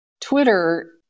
Twitter